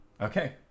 Okay